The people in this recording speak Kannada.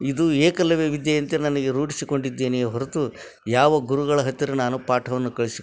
ಇದು ಏಕಲವ್ಯ ವಿದ್ಯೆಯಂತೆ ನನಗೆ ರೂಢಿಸಿಕೊಂಡಿದ್ದೇನೆಯೆ ಹೊರತು ಯಾವ ಗುರುಗಳ ಹತ್ತಿರ ನಾನು ಪಾಠವನ್ನು ಕಳ್ಸಿಕ್